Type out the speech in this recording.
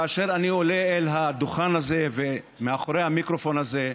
כאשר אני עולה אל הדוכן הזה ומאחורי המיקרופון הזה,